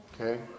Okay